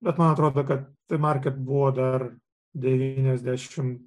bet man atrodo kad t market buvo dar devyniasdešimt